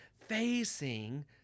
facing